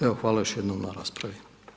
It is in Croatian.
Evo, hvala još jednom na raspravi.